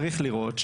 צריך לראות.